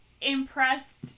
impressed